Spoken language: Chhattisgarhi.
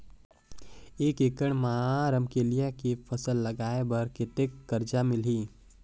एक एकड़ मा रमकेलिया के फसल लगाय बार कतेक कर्जा मिलही?